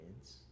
kids